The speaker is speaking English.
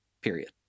period